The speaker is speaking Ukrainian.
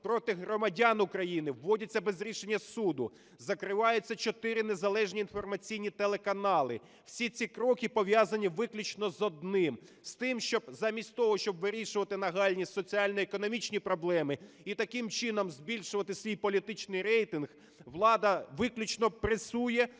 проти громадян України, вводяться без рішення суду, закриваються чотири незалежні інформаційні телеканали. Всі ці кроки пов'язані виключно з одним – з тим, замість того щоб вирішувати нагальні соціально-економічні проблеми і таким чином збільшувати свій політичний рейтинг, влада виключно пресує